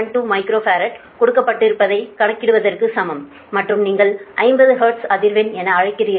0072 microfarad கொடுக்கப்பட்டதைக் கணக்கிடுவதற்கு சமம் மற்றும் நீங்கள் 50 ஹெர்ட்ஸ் அதிர்வெண் என அழைக்கிறீர்கள்